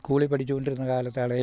സ്കൂളിൽ പഠിച്ചുകൊണ്ടിരുന്ന കാലത്താണേലും